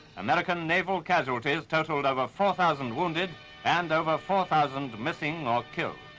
american naval casualties totaled over four thousand wounded and over four thousand missing or killed.